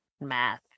math